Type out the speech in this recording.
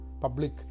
public